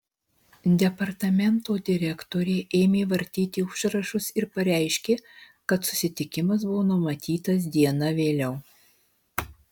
departamento direktorė ėmė vartyti užrašus ir pareiškė kad susitikimas buvo numatytas diena vėliau